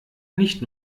nicht